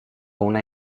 una